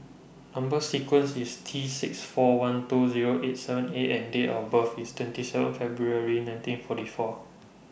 Number sequence IS T six four one two Zero eight seven A and Date of birth IS twenty seven February nineteen forty four